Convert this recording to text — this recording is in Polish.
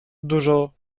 dużo